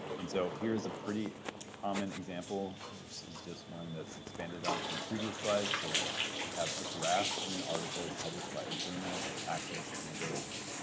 and so here's a pretty common example which is just one that's expanded on from the previous slide. so we have a graph in an article, published by a journal, accessed in a database.